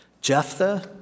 Jephthah